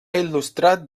il·lustrat